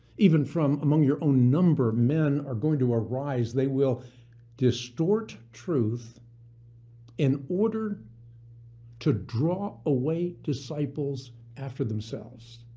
even from among your own number of men are going to arise. they will distort truth in order to draw away disciples after themselves.